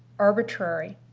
arbitrary,